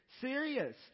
serious